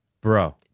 Bro